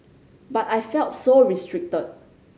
but I felt so restricted